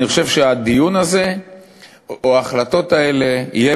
אני חושב שהדיון הזה או ההחלטות האלה יהיה